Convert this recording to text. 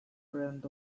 friend